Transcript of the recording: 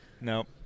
Nope